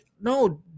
no